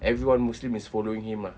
everyone muslim is following him ah